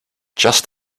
just